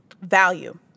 value